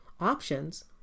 options